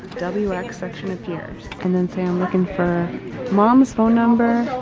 like section appears and then say i'm looking for mom's phone number.